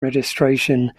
registration